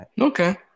okay